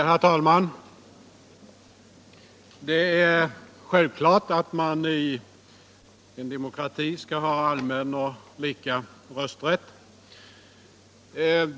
Herr talman! Det är självklart att man i en demokrati skall ha allmän och lika rösträtt.